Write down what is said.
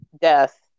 death